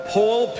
Paul